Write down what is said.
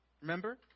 remember